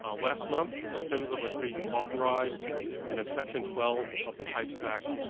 ah last month phmsa was reauthorized in section twelve of the pipes act,